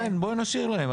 שרן, בואי נשאיר להם.